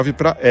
para